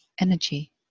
energy